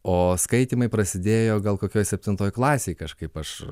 o skaitymai prasidėjo gal kokioj septintoj klasėj kažkaip aš